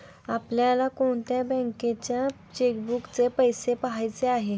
आपल्याला कोणत्या बँकेच्या चेकबुकचे पैसे पहायचे आहे?